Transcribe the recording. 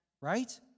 right